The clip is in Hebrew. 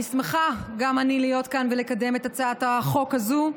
אני שמחה גם אני להיות כאן ולקדם את הצעת החוק הזו,